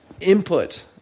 input